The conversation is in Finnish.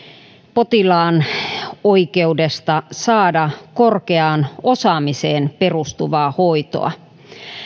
potilaan oikeudesta saada korkeaan osaamiseen perustuvaa hoitoa